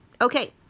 Okay